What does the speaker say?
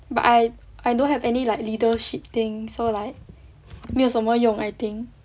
but I I don't have any like leadership thing so like 没有什么用 I think